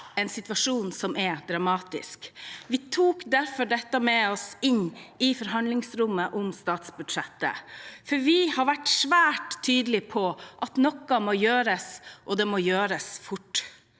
en situasjon som er dramatisk. Vi tok derfor dette med oss inn i forhandlingene om statsbudsjettet, for vi har vært svært tydelige på at noe må gjøres, og det må gjøres fort.